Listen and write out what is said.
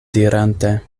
dirante